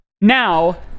now